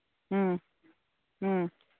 ꯎꯝ ꯎꯝ